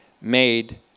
made